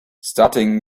starting